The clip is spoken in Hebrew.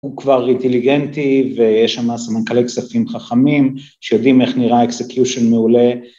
הוא כבר אינטליגנטי ויש שם מנכ״לי כספים חכמים שיודעים איך נראה אקסקיושן מעולה.